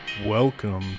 Welcome